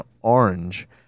orange